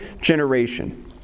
generation